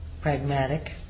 pragmatic